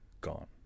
gone